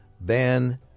ban